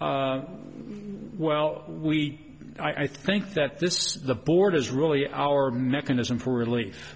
well we i think that this board is really our mechanism for relief